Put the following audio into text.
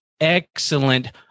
excellent